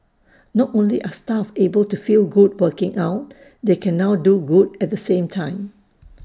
not only are staff able to feel good working out they can now do good at the same time